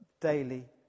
daily